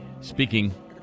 speaking